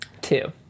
Two